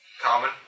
Common